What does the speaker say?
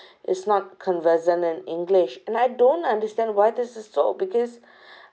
is not conversant in english and I don't understand why this is so because